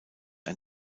ein